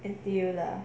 N_T_U lah